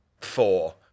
four